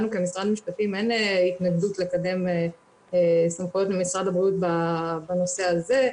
לנו כמשרד המשפטים אין התנגדות לקדם סמכויות במשרד הבריאות בנושא הזה.